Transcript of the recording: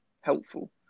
helpful